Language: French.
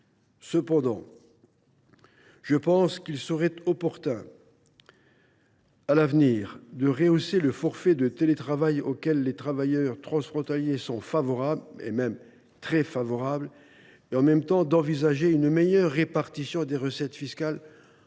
Cependant, je pense qu’il serait opportun, à l’avenir, de rehausser le forfait de télétravail, auquel les travailleurs transfrontaliers sont très favorables, et, en même temps, d’envisager une meilleure répartition des recettes fiscales entre